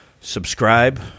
subscribe